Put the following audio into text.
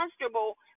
comfortable